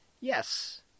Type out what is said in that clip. Yes